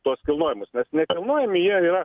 tuos kilnojamus nes nekilnojami jie yra